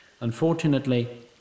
Unfortunately